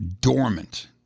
dormant